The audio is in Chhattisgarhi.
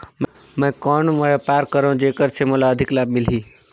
मैं कौन व्यापार करो जेकर से मोला अधिक लाभ मिलही?